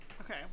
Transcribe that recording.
okay